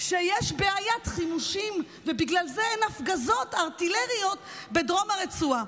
שיש בעיית חימושים ובגלל זה אין הפגזות ארטילריות בדרום הרצועה.